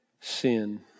sin